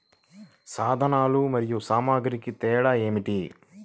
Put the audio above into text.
సాధనాలు మరియు సామాగ్రికి తేడా ఏమిటి?